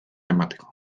emateko